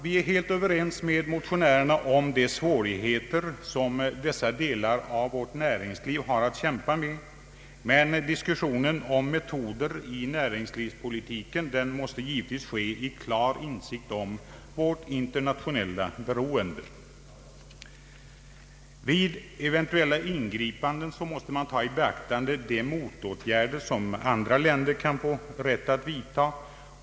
Vi är helt överens med motionärerna om de svårigheter som dessa delar av vårt näringsliv har att kämpa med, men diskussionen om metoder i näringslivspolitiken måste givetvis föras i klar insikt om vårt internationella beroende. Vid eventuella ingripanden måste man ta i beaktande de motåtgärder som andra länder kan få rätt att vidta.